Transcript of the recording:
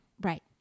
Right